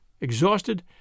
exhausted